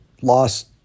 lost